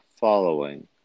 following